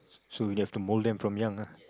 so you have to mold them from young